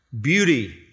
beauty